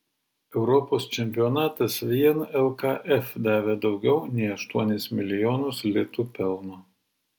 europos čempionatas vien lkf davė daugiau nei aštuonis milijonus litų pelno